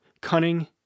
cunning